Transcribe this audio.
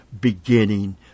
beginning